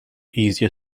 easier